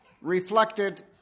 reflected